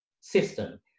system